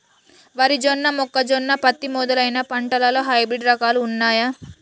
వరి జొన్న మొక్కజొన్న పత్తి మొదలైన పంటలలో హైబ్రిడ్ రకాలు ఉన్నయా?